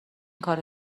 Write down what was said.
کارو